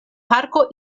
parko